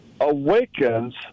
awakens